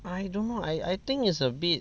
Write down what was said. I don't know I I think is a bit